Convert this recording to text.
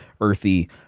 earthy